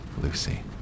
Lucy